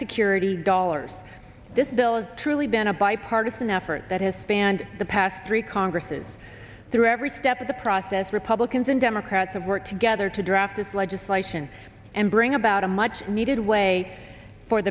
security dollars this bill is truly been a bipartisan effort that has spanned the past three congresses through every step of the process republicans and democrats have worked together to draft this legislation and bring about a much needed way for